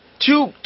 two